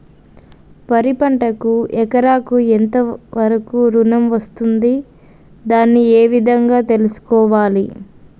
వరి పంటకు ఎకరాకు ఎంత వరకు ఋణం వస్తుంది దాన్ని ఏ విధంగా తెలుసుకోవాలి?